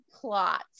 plot